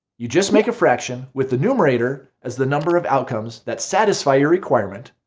you just make a fraction with the numerator as the number of outcomes that satisfy your requirement,